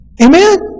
Amen